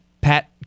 Pat